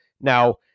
Now